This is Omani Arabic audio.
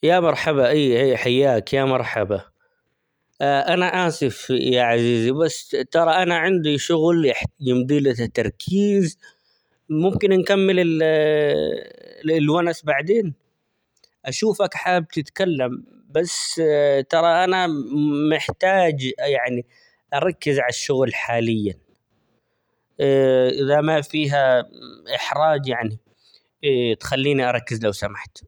يا مرحبا اي اي حياك يا مرحبا أنا آسف يا عزيزي ،بس ترى أنا عندي شغل -يح- يمدى له تركيز ،ممكن نكمل الونس بعدين أشوفك حابب تتكلم بس ترى انا -مم- محتاج يعني أركز عالشغل حاليا إذا ما فيها إحراج يعني تخليني أركز لو سمحت.